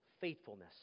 Faithfulness